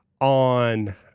On